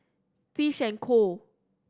Fish and Co